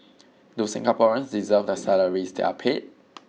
do Singaporeans deserve the salaries they are paid